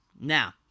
Now